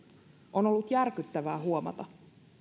on ollut järkyttävää huomata